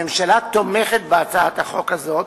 הממשלה תומכת בהצעת החוק הזאת,